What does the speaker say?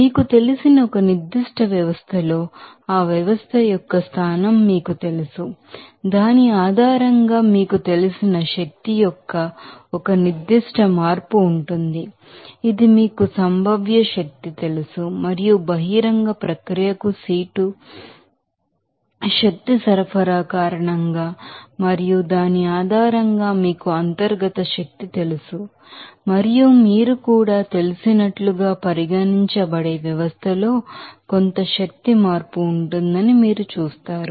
మీకు తెలిసిన ఒక నిర్దిష్ట వ్యవస్థలో ఆ వ్యవస్థ యొక్క స్థానం మీకు తెలుసు దాని ఆధారంగా మీకు తెలిసిన శక్తి యొక్క ఒక నిర్దిష్ట మార్పు ఉంటుంది ఇది మీకు పొటెన్షియల్ ఎనెర్జి తెలుసు మరియు బహిరంగ ప్రక్రియకు సీటు శక్తి సరఫరా కారణంగా మరియు దాని ఆధారంగా మీకు అంతర్గత శక్తి తెలుసు మరియు మీరు కూడా తెలిసినట్లుగా పరిగణించబడే వ్యవస్థలో కొంత శక్తి మార్పు ఉంటుందని మీరు చూస్తారు